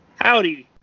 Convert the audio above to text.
Howdy